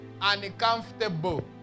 uncomfortable